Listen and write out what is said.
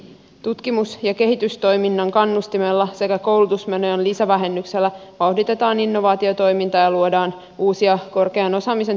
tutkimus ja kehitystoiminnan kannustimella sekä koulutusmenojen lisävähennyksellä vauhditetaan innovaatiotoimintaa ja luodaan uusia korkean osaamisen työpaikkoja